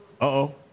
Uh-oh